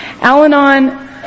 Al-Anon